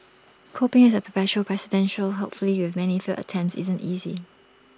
coping as A perpetual presidential hopefully with many failed attempts isn't easy